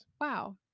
wow